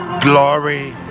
glory